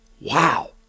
Wow